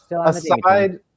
Aside